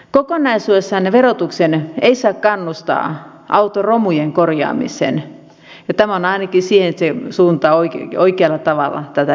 kokonaisuudessaan verotus ei saa kannustaa autoromujen korjaamiseen ja tämä vie ainakin siihen suuntaan oikealla tavalla tätä verotusta